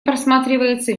просматривается